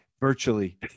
virtually